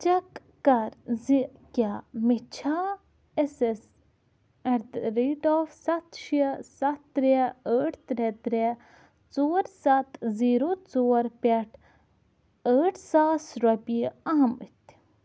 check کَر زِ کیٛاہ مےٚ چھےٚ اٮ۪سٮ۪س ایٹ دَ ریٹ آف سَتھ شےٚ سَتھ ترٛےٚ ٲٹھ ترٛےٚ ترٛےٚ ژور سَتھ زیٖرو ژور پٮ۪ٹھ ٲٹھ ساس رۄپیہِ آمٕتی